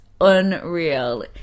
unreal